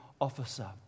officer